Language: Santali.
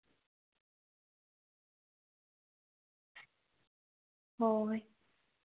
ᱦᱳᱭ